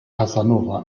casanova